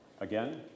Again